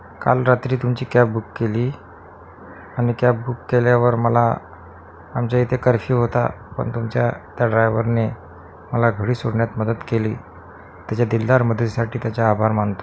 काल रात्री तुमची कॅब बुक केली आणि कॅब बुक केल्यावर मला आमच्या इथे कर्फ्यू होता पण तुमच्या त्या ड्रायवरने मला घरी सोडण्यात मदत केली त्याच्या दिलदार मदतीसाठी त्याचे आभार मानतो